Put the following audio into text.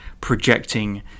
projecting